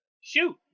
Shoot